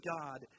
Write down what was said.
God